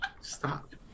Stop